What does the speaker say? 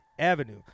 avenue